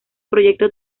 proyecto